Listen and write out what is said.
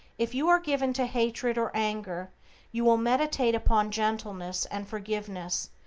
if you are given to hatred or anger you will meditate upon gentleness and forgiveness,